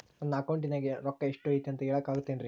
ನನ್ನ ಅಕೌಂಟಿನ್ಯಾಗ ರೊಕ್ಕ ಎಷ್ಟು ಐತಿ ಅಂತ ಹೇಳಕ ಆಗುತ್ತೆನ್ರಿ?